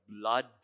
blood